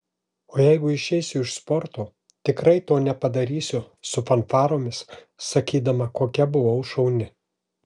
o jeigu išeisiu iš sporto tikrai to nepadarysiu su fanfaromis sakydama kokia buvau šauni